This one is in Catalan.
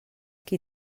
qui